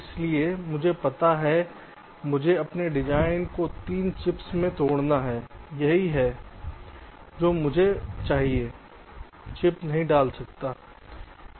इसलिए मुझे पता है कि मुझे अपने डिजाइन को 3 चिप्स में तोड़ना है यही है जो मुझे में चाहिए मैं 1 चिप नहीं डाल सकता